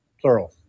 plural